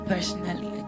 Personally